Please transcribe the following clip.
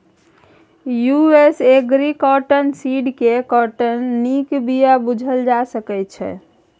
US agri cotton seed केँ काँटनक नीक बीया बुझल जा सकै छै